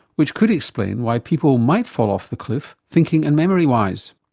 which could explain why people might fall off the cliff thinking and memory wise.